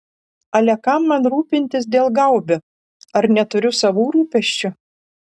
ale kam man rūpintis dėl gaubio ar neturiu savų rūpesčių